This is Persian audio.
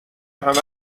همش